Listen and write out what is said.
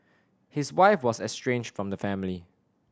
his wife was estranged from the family